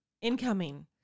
incoming